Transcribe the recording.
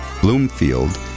Bloomfield